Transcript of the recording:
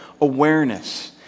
awareness